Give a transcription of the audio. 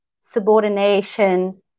subordination